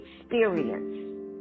experience